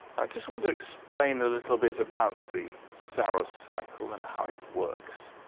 i just want to explain a little bit about the saros cycle and how it works.